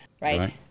right